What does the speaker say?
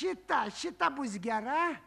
šita šita bus gera